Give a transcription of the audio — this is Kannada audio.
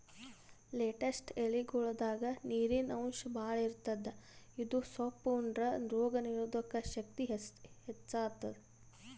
ಲೆಟ್ಟಸ್ ಎಲಿಗೊಳ್ದಾಗ್ ನೀರಿನ್ ಅಂಶ್ ಭಾಳ್ ಇರ್ತದ್ ಇದು ಸೊಪ್ಪ್ ಉಂಡ್ರ ರೋಗ್ ನೀರೊದಕ್ ಶಕ್ತಿ ಹೆಚ್ತಾದ್